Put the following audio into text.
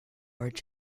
barge